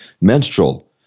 menstrual